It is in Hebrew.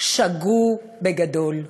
שגו בגדול,